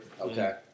Okay